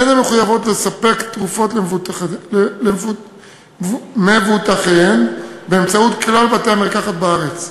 אין הן מחויבות לספק תרופות למבוטחיהן באמצעות כלל בתי-המרקחת בארץ.